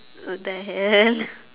what the hell